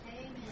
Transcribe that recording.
Amen